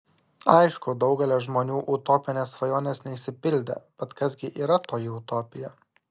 aišku daugelio žmonių utopinės svajonės neišsipildė bet kas gi yra toji utopija